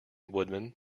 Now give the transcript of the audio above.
woodman